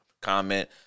Comment